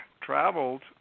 traveled